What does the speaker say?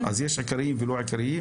אז יש עיקריים ולא עיקריים?